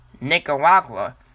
Nicaragua